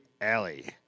alley